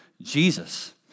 Jesus